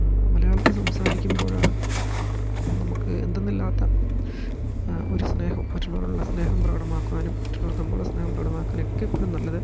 മലയാളത്തിൽ സംസാരിക്കുമ്പോഴ് നമക്ക് എന്തെന്നില്ലാത്ത ഒരു സ്നേഹം മറ്റ്ള്ളവരോട്ള്ള സ്നേഹം പ്രകടമാക്ക്വാനും മറ്റ്ള്ളവർക്ക് നമ്മളോട്ള്ള സ്നേഹം പ്രകടമാക്കാനൊക്കെ എപ്പഴും നല്ലത്